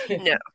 No